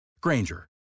Granger